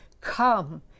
Come